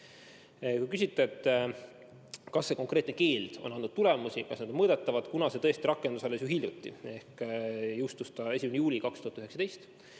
Kui küsite, kas see konkreetne keeld on andnud tulemusi, kas need on mõõdetavad, siis see tõesti rakendus ju alles hiljuti: see jõustus 1. juulil 2019.